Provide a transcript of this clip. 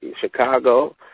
Chicago